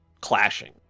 clashing